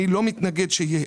אני לא מתנגד שיהיה.